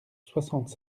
soixante